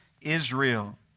Israel